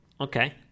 Okay